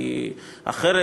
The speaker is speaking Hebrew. היא אחרת.